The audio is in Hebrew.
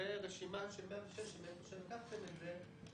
ורשימה של 106, מאיפה שלקחתם את זה,